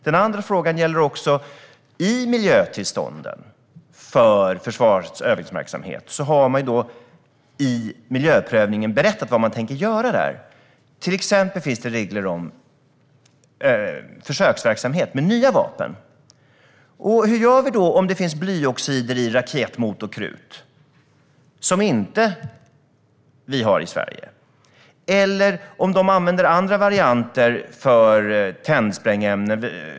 När det gäller den andra frågan om miljötillstånden för försvarets övningsverksamhet har man vid miljöprövningen berättat vad man tänker göra. Det finns till exempel regler om försöksverksamhet med nya vapen. Hur gör vi om det finns blyoxider i raketmotorkrut som vi inte har i Sverige, eller om de använder andra varianter av tändsprängämnen?